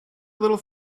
little